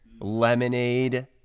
lemonade